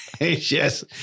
Yes